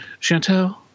Chantel